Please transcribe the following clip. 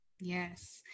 yes